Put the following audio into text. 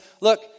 Look